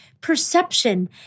Perception